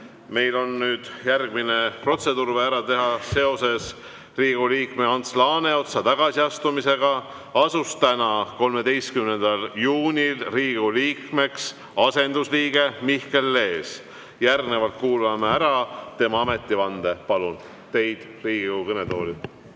meil on nüüd järgmine protseduur vaja ära teha. Seoses Riigikogu liikme Ants Laaneotsa tagasiastumisega asus täna, 13. juunil Riigikogu liikmeks asendusliige Mihkel Lees. Järgnevalt kuulame ära tema ametivande. Palun teid Riigikogu kõnetooli.